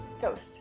ghost